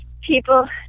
people